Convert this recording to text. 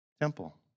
temple